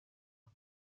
aha